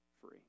free